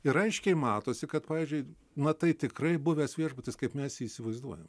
ir aiškiai matosi kad pavyzdžiui na tai tikrai buvęs viešbutis kaip mes jį įsivaizduojam